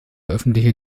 öffentliche